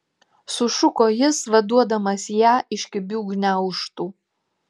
sušuko jis vaduodamas ją iš kibių gniaužtų